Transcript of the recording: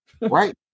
right